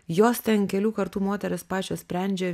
jos ten kelių kartų moterys pačios sprendžia